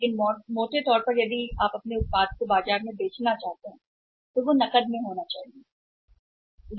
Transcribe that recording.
लेकिन मोटे तौर पर अगर आप अपने उत्पाद को बाजार में बेचना चाहते हैं तो यह नकदी पर होना चाहिए या यह चालू है नकद